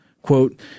Quote